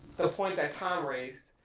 the point that tom raised,